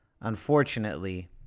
unfortunately